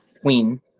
queen